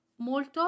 Molto